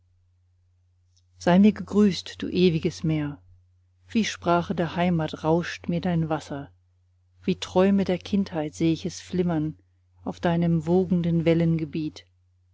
sei mir gegrüßt du ewiges meer wie sprache der heimat rauscht mir dein wasser wie träume der kindheit seh ich es flimmern auf deinem wogenden